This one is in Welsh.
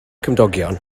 cymdogion